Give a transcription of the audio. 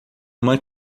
uma